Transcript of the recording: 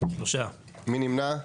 3 נמנעים,